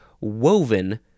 woven